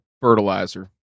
fertilizer